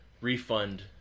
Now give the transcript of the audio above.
refund